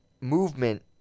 movement